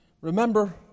remember